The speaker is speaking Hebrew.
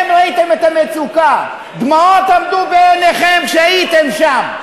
ראיתם את המצוקה, דמעות עמדו בעיניכם כשהייתם שם.